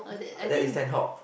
that is sand hog